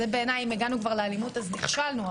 בעיניי אם הגענו כבר לאלימות אז נכשלנו,